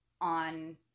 on